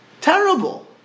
Terrible